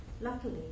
Luckily